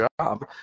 job